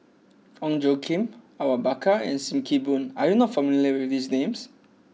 Ong Tjoe Kim Awang Bakar and Sim Kee Boon are you not familiar with these names